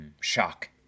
shock